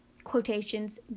quotations